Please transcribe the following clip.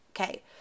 okay